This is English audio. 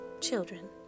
children